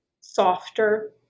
softer